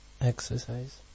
exercise